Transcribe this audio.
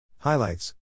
Highlights